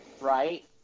right